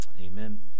Amen